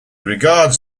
regards